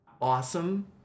awesome